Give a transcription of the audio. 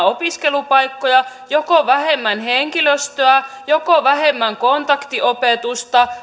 opiskelupaikkoja joko vähemmän henkilöstöä joko vähemmän kontaktiopetusta